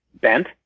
bent